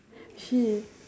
shee~